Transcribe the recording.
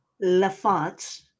Lafont